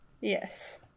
Yes